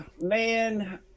Man